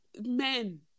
men